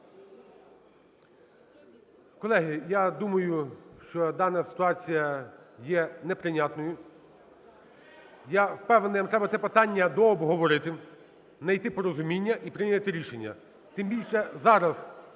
Колеги, я думаю, дана ситуація є неприйнятною. Я впевнений, нам треба це питання дообговорити, найти порозуміння і прийняти рішення.